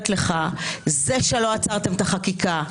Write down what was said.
זה שלא עצרתם את החקיקה,